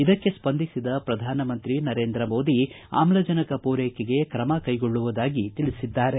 ಇದಕ್ಕೆ ಸ್ಪಂದಿಸಿದ ಪ್ರಧಾನಮಂತ್ರಿ ನರೇಂದ್ರ ಮೋದಿ ಆಮ್ಲಜನಕ ಪೂರೈಕೆಗೆ ಕ್ರಮ ಕೈಗೊಳ್ಳುವುದಾಗಿ ತಿಳಿಸಿದರು